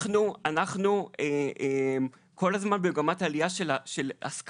אנחנו כל הזמן במגמת עלייה של הסכמות.